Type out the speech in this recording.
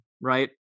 right